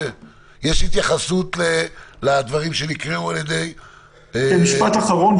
יש התייחסות לדברים שנקראו --- במשפט אחרון,